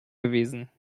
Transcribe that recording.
gewesen